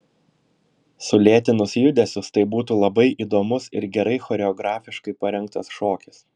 sulėtinus judesius tai būtų labai įdomus ir gerai choreografiškai parengtas šokis